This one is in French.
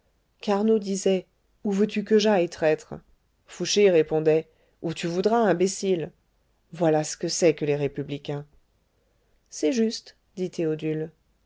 mouchoir carnot disait où veux-tu que j'aille traître fouché répondait où tu voudras imbécile voilà ce que c'est que les républicains c'est juste dit théodule